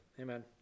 Amen